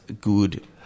good